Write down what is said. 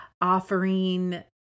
offering